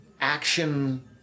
action